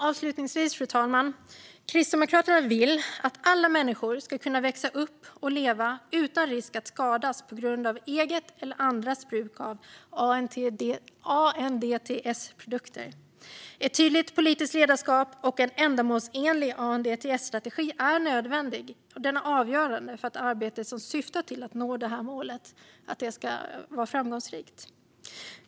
Avslutningsvis, fru talman, vill Kristdemokraterna att alla människor ska kunna växa upp och leva utan risk att skadas på grund av eget eller andras bruk av ANDTS-produkter. Ett tydligt politiskt ledarskap och en ändamålsenlig ANDTS-strategi är nödvändig och avgörande för att arbetet som syftar till att nå det målet ska vara framgångsrikt.